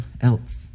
else